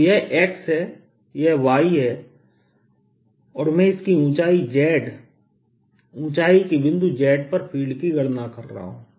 तो यह x है यह y है और मैं इसकी ऊंचाई z ऊंचाई के बिंदु z पर फ़ील्ड की गणना कर रहा हूं